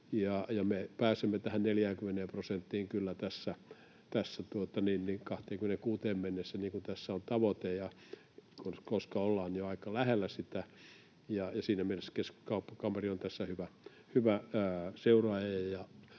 pääsemme tähän 40 prosenttiin kyllä vuoteen 26 mennessä niin kuin tässä on tavoite, koska ollaan jo aika lähellä sitä. Siinä mielessä Keskuskauppakamari on tässä hyvä seuraaja